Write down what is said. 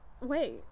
wait